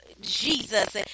Jesus